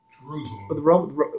Jerusalem